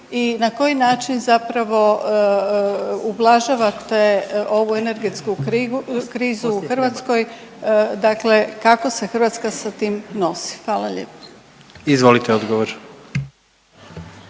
i na koji način zapravo ublažavate ovu energetsku krizu u Hrvatskoj, dakle kako se Hrvatska sa tim nosi. Hvala lijepa. **Jandroković,